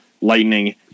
lightning